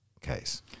case